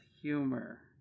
humor